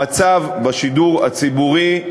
המצב בשידור הציבורי,